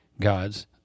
God's